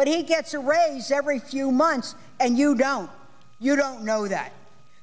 but he gets a raise every few months and you don't you don't know that